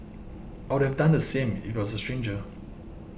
I would have done the same if it was a stranger